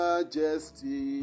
Majesty